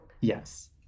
Yes